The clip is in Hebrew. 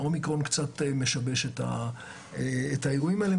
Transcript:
האומיקרון קצת משבש את האירועים האלה.